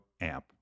amp